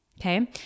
okay